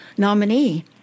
nominee